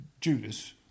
Judas